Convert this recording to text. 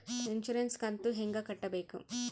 Insurance ಕಂತು ಹೆಂಗ ಕಟ್ಟಬೇಕು?